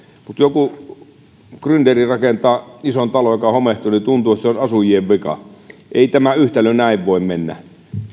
mutta kun joku grynderi rakentaa ison talon joka homehtuu niin tuntuu että se on asujien vika ei tämä yhtälö näin voi mennä